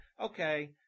okay